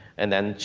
and then,